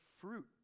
fruit